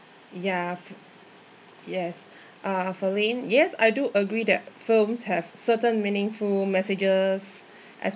ya yes uh ferline yes I do agree that films have certain meaningful messages